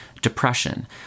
depression